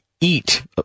eat